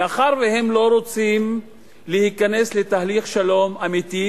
מאחר שהם לא רוצים להיכנס לתהליך שלום אמיתי,